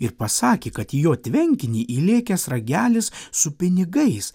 ir pasakė kad į jo tvenkinį įlėkęs ragelis su pinigais